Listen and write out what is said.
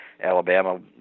Alabama